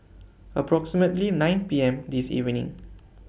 approximately nine P M This evening